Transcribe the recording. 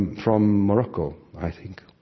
and from morocco, i think,